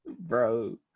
Bro